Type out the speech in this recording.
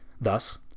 Thus